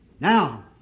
Now